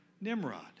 Nimrod